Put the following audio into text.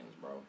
bro